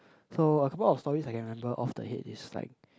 so a couple of stories I can remember off the head is like